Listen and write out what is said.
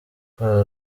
kwa